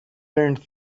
learned